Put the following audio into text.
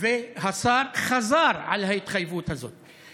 והשר חזר על ההתחייבות הזאת.